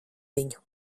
viņu